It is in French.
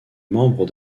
membres